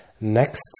Next